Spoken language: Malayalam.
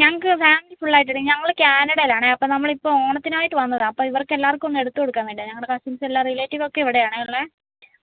ഞങ്ങൾക്ക് ഫാമിലി ഫുൾ ആയിട്ട് ഉണ്ട് ഞങ്ങൾ കാനഡയിൽ ആണേ അപ്പം നമ്മൾ ഇപ്പം ഓണത്തിന് ആയിട്ട് വന്നതാണ് അപ്പം ഇവർക്ക് എല്ലാവർക്കും ഒന്ന് എടുത്ത് കൊടുക്കാൻ വേണ്ടിയാണ് ഞങ്ങളുടെ കസിൻസ് എല്ലാ റിലേറ്റീവ് ഒക്കെ ഇവിടെ ആണേ ഉള്ളത്